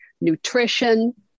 nutrition